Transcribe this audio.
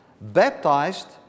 baptized